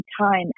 time